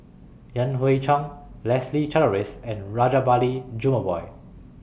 Yan Hui Chang Leslie Charteris and Rajabali Jumabhoy